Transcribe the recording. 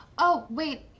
oh, wait,